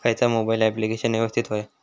खयचा mobile application यवस्तित होया?